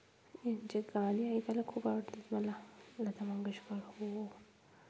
यांचे गाणे ऐकायला खूप आवडतात मला लता मंगेशकर हो